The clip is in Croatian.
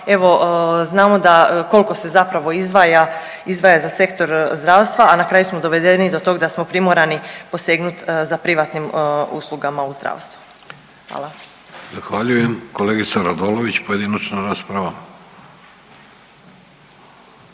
evo znamo da koliko se zapravo izdvaja za Sektor zdravstva, a na kraju smo dovedeni do tog da smo primorani posegnuti za privatnim uslugama u zdravstvu. Hvala. **Vidović, Davorko (Socijaldemokrati)** Zahvaljujem. Kolegica Radolović pojedinačna rasprava.